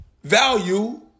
value